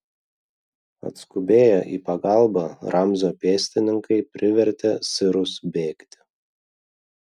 atskubėję į pagalbą ramzio pėstininkai privertė sirus bėgti